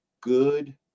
good